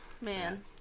Man